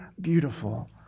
beautiful